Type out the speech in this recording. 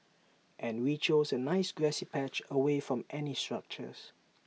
and we chose A nice grassy patch away from any structures